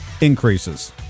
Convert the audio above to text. increases